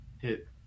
hit